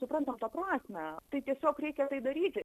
suprantam to prasmę tai tiesiog reikia tai daryti